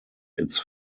its